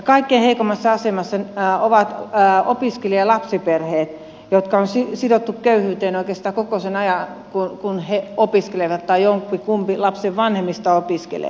kaikkein heikoimmassa asemassa ovat opiskelijalapsiperheet jotka on sidottu köyhyyteen oikeastaan koko sen ajan kun he opiskelevat tai jompikumpi lapsen vanhemmista opiskelee